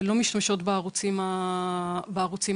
ולא משתמשות בערוצים הישירים.